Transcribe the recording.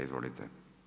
Izvolite.